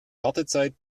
wartezeit